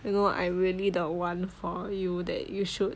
you know I'm really the [one] for you that you should